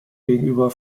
gegenüber